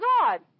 God